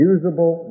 Usable